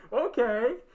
okay